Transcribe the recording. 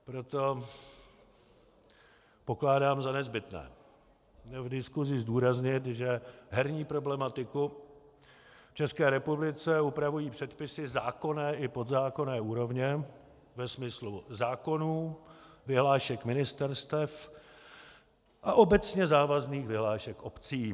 Proto pokládám za nezbytné v diskusi zdůraznit, že herní problematiku v České republice upravují předpisy zákonné i podzákonné úrovně ve smyslu zákonů, vyhlášek ministerstev a obecně závazných vyhlášek obcí.